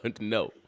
No